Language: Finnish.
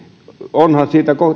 onhan